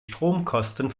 stromkosten